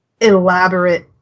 elaborate